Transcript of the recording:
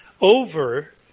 over